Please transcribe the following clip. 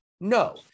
No